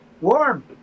Warm